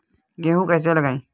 गेहूँ कैसे लगाएँ?